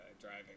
driving